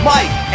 Mike